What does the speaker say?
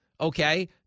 Okay